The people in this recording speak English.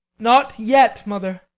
not yet, mother.